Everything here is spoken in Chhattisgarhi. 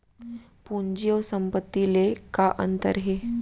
पूंजी अऊ संपत्ति ले का अंतर हे?